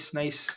nice